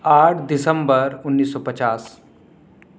آٹھ دسمبر انیس سو پچاس